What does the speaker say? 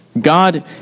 God